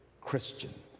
Christian